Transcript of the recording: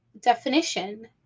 definition